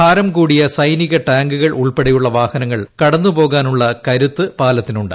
ഭാരംകൂടിയ സൈനിക ടാങ്കുകൾ ഉൾപ്പെടെയുള്ള വാഹനങ്ങൾ കടന്നു പോകാനുള്ള കരുത്ത് പാലത്തിനുണ്ട്